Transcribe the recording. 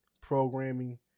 programming